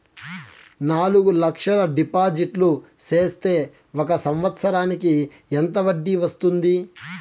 నాలుగు లక్షల డిపాజిట్లు సేస్తే ఒక సంవత్సరానికి ఎంత వడ్డీ వస్తుంది?